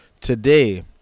Today